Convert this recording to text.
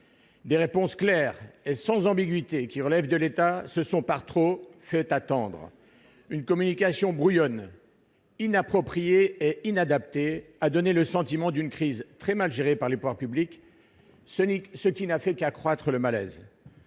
Des réponses claires et sans ambiguïté qui relèvent de l'État se sont par trop fait attendre. Une communication brouillonne, inappropriée et inadaptée a donné le sentiment d'une crise très mal gérée par les pouvoirs publics, ce qui ne fait qu'accroître le malaise.